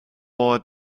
more